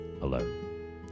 alone